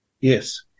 Yes